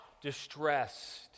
distressed